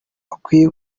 bakwiye